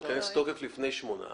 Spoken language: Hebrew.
הוא ייכנס לתוקף לפני עוד שמונה חודשים.